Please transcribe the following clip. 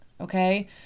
okay